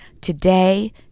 today